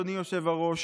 אדוני היושב-ראש,